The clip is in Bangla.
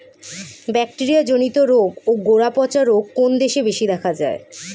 ব্যাকটেরিয়া জনিত রোগ ও গোড়া পচা রোগ কোন দেশে বেশি দেখা যায়?